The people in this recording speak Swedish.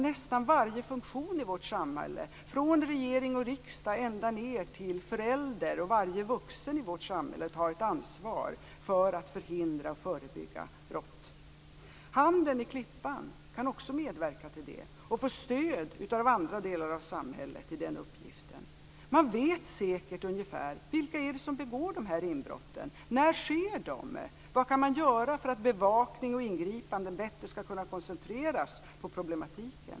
Nästan varje funktion i vårt samhälle, från regering och riksdag ända ned till förälder och varje vuxen i vårt samhälle, har ett ansvar för att förhindra och förebygga brott. Handeln i Klippan kan också medverka till detta och få stöd från andra delar av samhället i den uppgiften. Man vet ganska säkert vilka som begår inbrotten, när de sker och vad som kan göras för att bevakning och ingripande bättre skall kunna koncentreras på problemet.